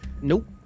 Nope